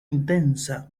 intensa